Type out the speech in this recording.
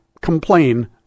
complain